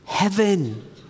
Heaven